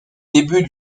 début